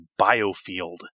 Biofield